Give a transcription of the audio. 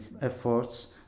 efforts